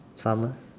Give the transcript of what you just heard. pharma